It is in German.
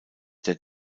der